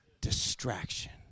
Distraction